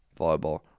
volleyball